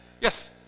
Yes